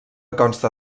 consta